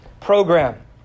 program